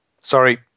Sorry